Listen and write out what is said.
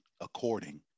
according